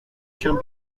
can